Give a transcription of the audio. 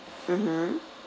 mmhmm